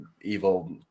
evil